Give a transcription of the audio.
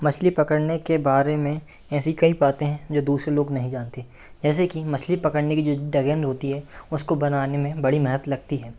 मछली पकड़ने के बारे में ऐसी कई बातें हैं जो दूसरे लोग नहीं जानते जैसे कि मछली पकड़ने की जो डगेन होती है उसको बनाने में बड़ी मेहनत लगती है